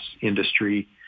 industry